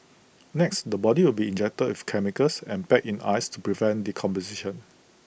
next the body will be injected with chemicals and packed in ice to prevent decomposition